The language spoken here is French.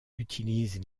utilise